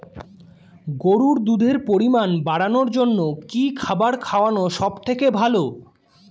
গরুর দুধের পরিমাণ বাড়ানোর জন্য কি খাবার খাওয়ানো সবথেকে ভালো?